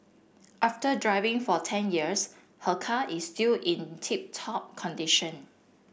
after driving for ten years her car is still in tip top condition